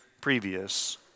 previous